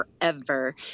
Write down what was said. forever